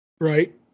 right